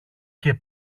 και